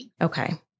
Okay